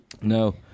No